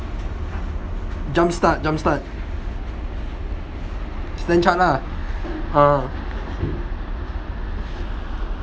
jump start jump start stan chart lah